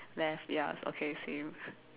left ya okay same